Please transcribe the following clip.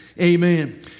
Amen